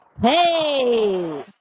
Hey